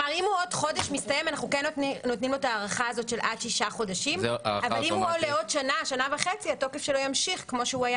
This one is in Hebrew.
אנחנו לא רוצים לקבוע אין סוף בדיקות אלא הנקודה היא יותר